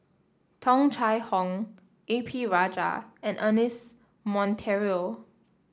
Tung Chye Hong A P Rajah and Ernest Monteiro